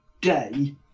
day